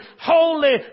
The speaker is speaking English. holy